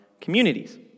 communities